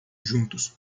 juntos